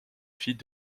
fille